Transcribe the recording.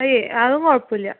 ഏയ് അതൊന്നും കുഴപ്പം ഇല്ല